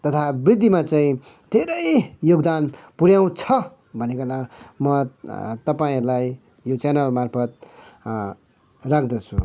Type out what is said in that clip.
तथा वृद्धिमा चाहिँ धेरै योगदान पुऱ्याउँछ भनिकन म तपाईँहरूलाई यो च्यानल मार्फत राख्दछु